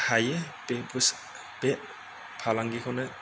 हायो बे फालांगिखौनो